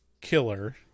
killer